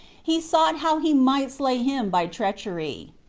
he sought how he might slay him by treachery.